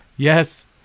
Yes